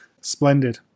Splendid